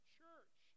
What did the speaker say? church